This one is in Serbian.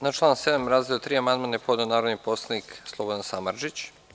Na član 7. razdeo 3 amandman je podneo narodni poslanik Slobodan Samardžić.